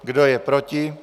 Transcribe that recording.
Kdo je proti?